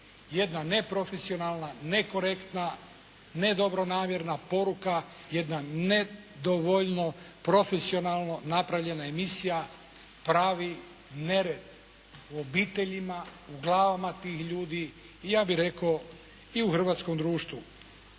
Jedna neprofesionalna, nekorektna, nedobronamjerna poruka, jedna nedovoljno profesionalno napravljena emisija pravi nered u obiteljima, u glavama tih ljudi i ja bih rekao i u hrvatskom društvu.